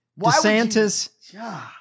DeSantis